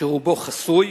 שרובו חסוי,